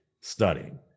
studying